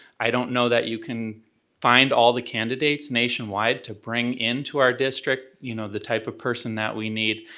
i don't know that you can find all the candidates nationwide to bring into our district, you know the type of person that we need,